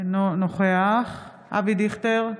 אינו נוכח אבי דיכטר,